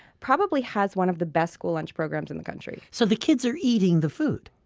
probably has one of the best school lunch programs in the country so the kids are eating the food?